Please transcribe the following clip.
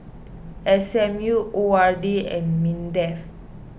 S M U O R D and Mindef